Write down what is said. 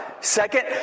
Second